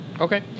Okay